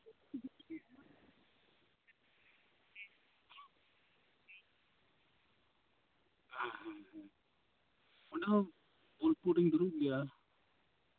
ᱦᱮᱸ ᱦᱮᱸ ᱦᱮᱸ ᱚᱱᱟ ᱦᱚᱸ ᱵᱳᱞᱯᱩᱨ ᱨᱤᱧ ᱫᱩᱲᱩᱵ ᱜᱮᱭᱟ